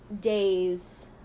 days